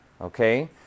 okay